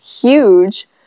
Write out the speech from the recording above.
huge